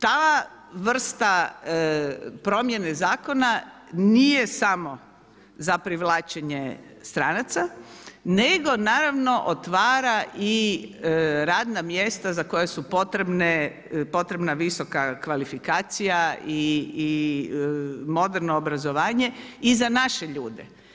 Ta vrsta promjene Zakona nije samo za privlačenje stranaca, nego naravno otvara i radna mjesta za koja su potrebna visoka kvalifikacija i moderno obrazovanje i za naše ljude.